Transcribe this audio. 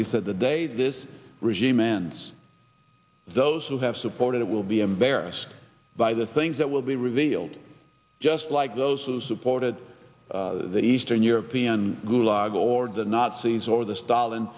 he said the day this regime mans those who have supported it will be embarrassed by the things that will be revealed just like those who supported the eastern european gulag or the nazis over th